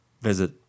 visit